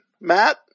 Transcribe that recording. Matt